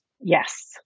Yes